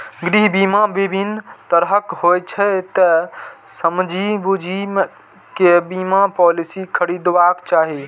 गृह बीमा विभिन्न तरहक होइ छै, तें समझि बूझि कें बीमा पॉलिसी खरीदबाक चाही